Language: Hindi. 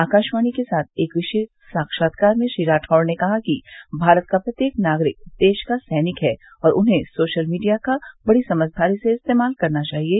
आकाशवाणी के साथ एक विशेष साक्षात्कार में श्री राठौड़ ने कहा कि भारत का प्रत्येक नागरिक देश का सैनिक है और उन्हें सोशल मीडिया का बड़ी समझदारी से इस्तेमाल करना चाहिये